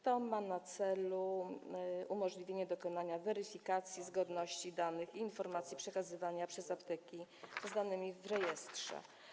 To ma na celu umożliwienie dokonania weryfikacji zgodności danych i informacji przekazywanych przez apteki zawartych w rejestrze.